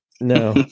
No